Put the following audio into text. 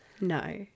No